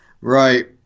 Right